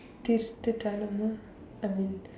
taste the dilemma I mean